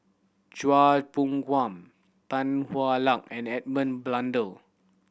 Chua Phung Tan Hwa Luck and Edmund Blundell